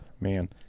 Man